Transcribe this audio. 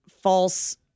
false